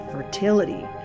fertility